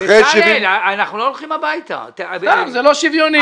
זה לא שוויוני.